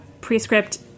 prescript